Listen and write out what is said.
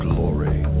Glory